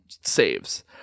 saves